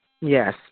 Yes